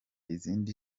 izindi